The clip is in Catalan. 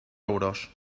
euros